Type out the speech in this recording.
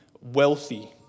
wealthy